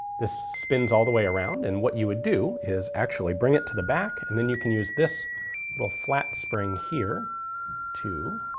this spins all the way around, and what you would do is actually bring it to the back and then you can use this little flat spring here to.